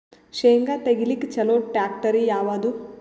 ಶೇಂಗಾ ತೆಗಿಲಿಕ್ಕ ಚಲೋ ಟ್ಯಾಕ್ಟರಿ ಯಾವಾದು?